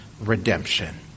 redemption